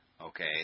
okay